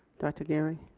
director geary.